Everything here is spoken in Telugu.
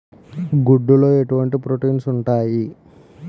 గుడ్లు లో ఎటువంటి ప్రోటీన్స్ ఉంటాయి?